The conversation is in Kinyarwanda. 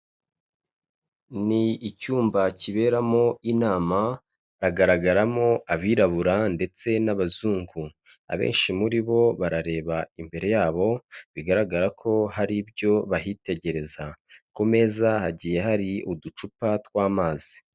Ni icyumba kiberamo inama, hagaragaramo abirabura ndetse n'abazungu. Abenshi muri bo barareba imbere yabo, bigaragara ko hari ibyo bahitegereza. Ku meza hagiye hari uducupa tw'amazi.